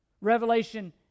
Revelation